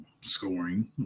scoring